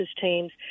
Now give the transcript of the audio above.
teams